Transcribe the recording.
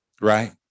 right